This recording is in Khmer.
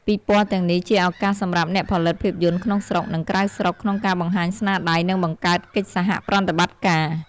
ពិព័រណ៍ទាំងនេះជាឱកាសសម្រាប់អ្នកផលិតភាពយន្តក្នុងស្រុក និងក្រៅស្រុកក្នុងការបង្ហាញស្នាដៃ និងបង្កើតកិច្ចសហប្រតិបត្តិការ។